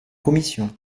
commission